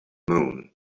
moon